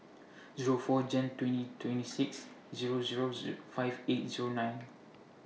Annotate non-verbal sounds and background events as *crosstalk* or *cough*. Zero four Jan twenty twenty six Zero Zero *unintelligible* five eight Zero nine